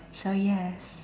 so yes